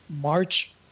March